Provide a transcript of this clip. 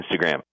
Instagram